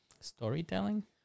Storytelling